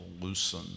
loosen